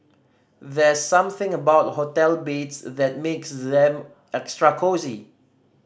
there's something about hotel beds that makes them extra cosy